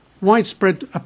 widespread